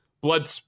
blood